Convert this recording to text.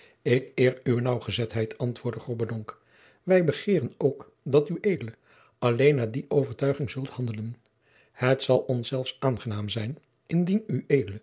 ik eer uwe naauwgezetheid antwoordde grobbendonck wij begeeren ook dat ued alleen naar die overtuiging zult handelen het zal ons zelfs aangenaam zijn indien ued